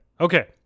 Okay